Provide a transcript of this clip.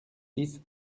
six